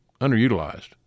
underutilized